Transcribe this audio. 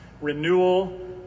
renewal